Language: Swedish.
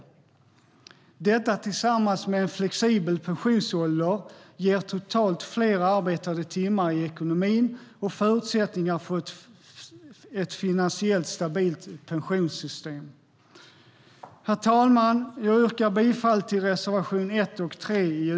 Detta tillsammans med en flexibel pensionsålder ger totalt fler arbetade timmar i ekonomin och förutsättningar för ett finansiellt stabilt pensionssystem.